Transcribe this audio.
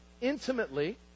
intimately